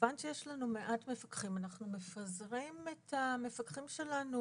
שיש לנו מעט מפקחים, אנחנו מפזרים את המפקחים שלנו